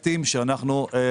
-- שאני שואל שאלות ואני לא אקבל